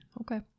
Okay